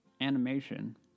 animation